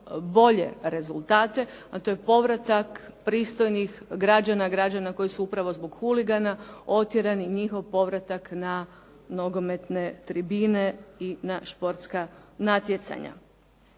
bolje rezultate, a to je povratak pristojnih građana, građana koji su upravo zbog huligana otjerani, njihov povratak na nogometne tribine i na športska natjecanja.